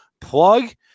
plug